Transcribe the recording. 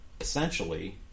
essentially